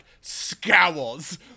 scowls